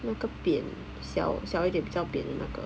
那个扁小小一点比较扁的那个